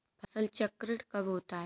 फसल चक्रण कब होता है?